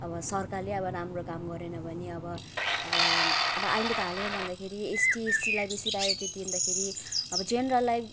अब सरकारले अब राम्रो काम गरेन भने अब अब अब अहिले त हालैमा भन्दाखेरि एसटी एससीलाई बेसी प्रायोरिटी दिँदाखेरि अब जेनरललाई